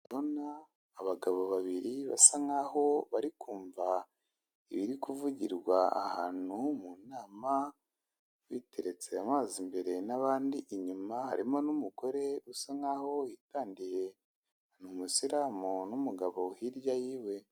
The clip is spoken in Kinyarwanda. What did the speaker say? Ndabona abagabo babiri basa nkaho bari kumva ibiri kuvugirwa ahantu mu nama, biteretse amazi imbere n'abandi inyuma, harimo n'umugore usa nkaho witandiye, ni umusiramu n'umugabo hirya yiwe.